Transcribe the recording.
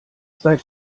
seit